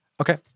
Okay